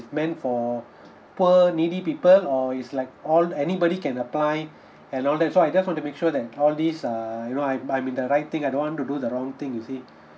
meant for poor needy people or it's like all anybody can apply and all that so I just want to make sure that all these err you know I'm I'm in the right thing I don't want to do the wrong thing you see